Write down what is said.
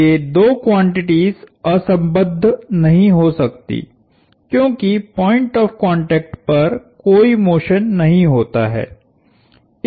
ये दो क्वांटिटीस असंबद्ध नहीं हो सकतीं क्योंकि पॉइंट ऑफ़ कांटेक्ट पर कोई मोशन नहीं होता है